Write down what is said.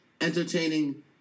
entertaining